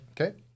Okay